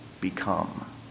become